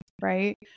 right